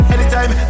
Anytime